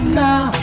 now